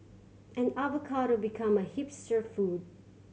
and avocado became a hipster food